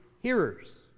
hearers